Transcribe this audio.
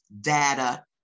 data